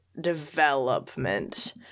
development